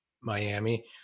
Miami